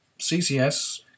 CCS